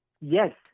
yes